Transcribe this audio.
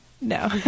No